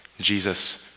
Jesus